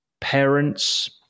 parents